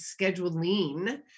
scheduling